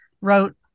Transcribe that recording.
wrote